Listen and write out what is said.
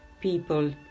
people